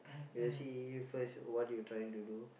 he will see first what you trying to do